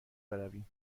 برویم